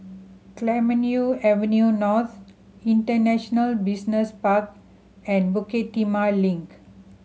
Clemenceau Avenue North International Business Park and Bukit Timah Link